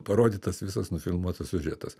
parodytas visas nufilmuotas siužetas